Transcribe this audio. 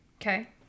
Okay